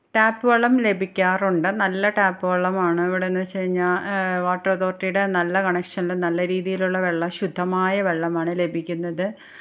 tap വെള്ളം ലഭിക്കാറുണ്ട് നല്ല ടാപ്പു വെള്ളമാണ് ഇവിടെയെന്നു വെച്ചു കഴിഞ്ഞാൽ വാട്ടർ അതോറിറ്റിയുടെ നല്ല കണക്ഷനിൽ നല്ല രീതിയിലുള്ള വെള്ളം ശുദ്ധമായ വെള്ളമാണ് ലഭിക്കുന്നത്